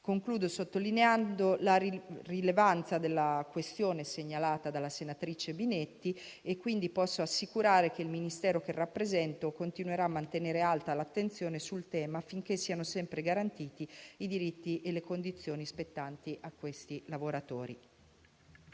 Concludo sottolineando la rilevanza della questione segnalata dalla senatrice Binetti, quindi posso assicurare che il Ministero che rappresento continuerà a mantenere alta l'attenzione sul tema affinché siano sempre garantiti i diritti e le condizioni spettanti a questi lavoratori.